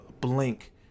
blink